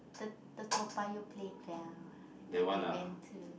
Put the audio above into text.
the the Toa-Payoh playground that we went to